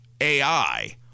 AI